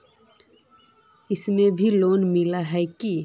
इसमें भी लोन मिला है की